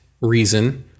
reason